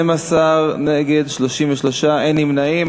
12, נגד, 33, אין נמנעים.